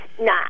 nah